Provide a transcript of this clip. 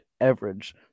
average